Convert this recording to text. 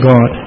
God